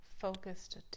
focused